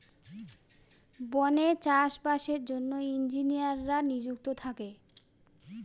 বনে চাষ বাসের জন্য ইঞ্জিনিয়াররা নিযুক্ত থাকে